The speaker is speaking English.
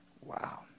Wow